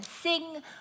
Sing